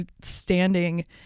standing